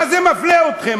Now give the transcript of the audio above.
מה זה מפלה אתכם?